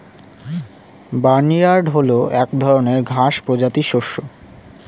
barnyard হল এক ধরনের ঘাস প্রজাতির শস্য